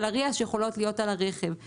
RIA שיש מערכות שיכולות להיות על הרכב.